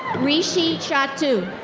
richy chatu.